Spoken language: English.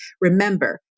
Remember